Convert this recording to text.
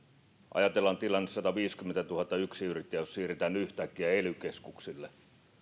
ajatellaan tilanne jos sataviisikymmentätuhatta yksinyrittäjää siirretään yhtäkkiä ely keskuksille